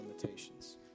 limitations